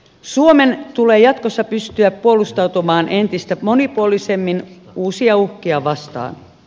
suomen tulee jatkossa pystyä puolustautumaan entistä monipuolisemmin uusia uhkia vastaan